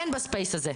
אין בספייס הזה.